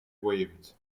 waived